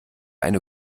eine